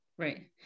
Right